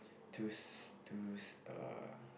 to to uh